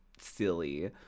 silly